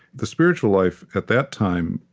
the spiritual life, at that time,